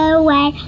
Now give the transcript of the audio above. away